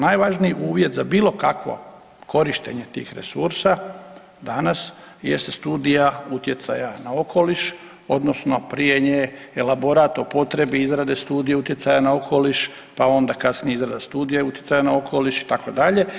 Najvažniji uvjet za bilo kakvo korištenje tih resursa danas jeste studija utjecaja na okoliš odnosno prije nje elaborat o potrebi izrade studije utjecaja na okoliš, pa onda kasnije izrada studija utjecaja na okoliš itd.